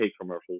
commercials